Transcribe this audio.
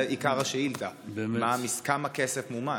זה עיקר השאילתה: כמה כסף מומש?